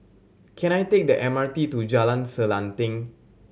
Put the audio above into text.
can I take the M R T to Jalan Selanting